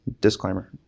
Disclaimer